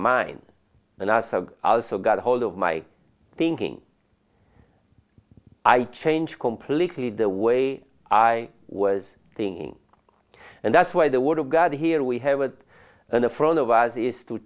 mind and as an ulcer got hold of my thinking i changed completely the way i was thinking and that's why the word of god here we have it on the front of us is to